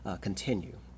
continue